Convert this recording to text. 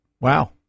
wow